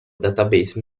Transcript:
database